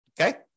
okay